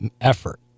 effort